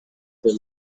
the